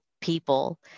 people